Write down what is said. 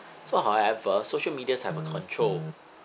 so however social medias have a control